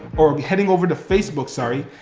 or heading over to facebook, sorry,